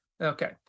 okay